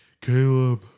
Caleb